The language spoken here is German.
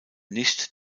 nicht